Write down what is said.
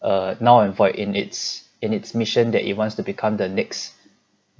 err null and void in its in its mission that it wants to become the next